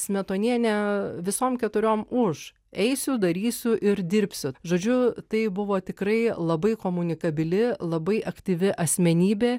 smetonienė visom keturiom už eisiu darysiu ir dirbsiu žodžiu tai buvo tikrai labai komunikabili labai aktyvi asmenybė